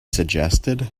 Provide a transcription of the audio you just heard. suggested